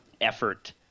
effort